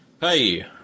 Hey